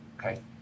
Okay